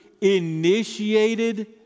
initiated